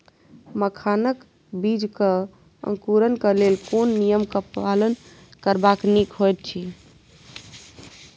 मखानक बीज़ क अंकुरन क लेल कोन नियम क पालन करब निक होयत अछि?